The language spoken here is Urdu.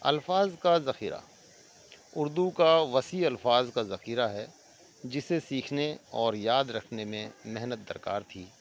الفاظ کا ذخیرہ اردو کا وسیع الفاظ کا ذخیرہ ہے جسے سیکھنے اور یاد رکھنے میں محنت درکار تھی